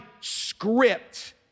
script